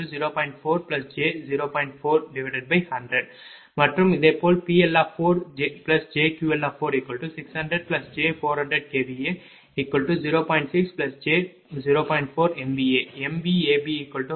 u மற்றும் இதேபோல் PL4jQL4600j400kVA0